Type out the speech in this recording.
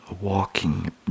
walking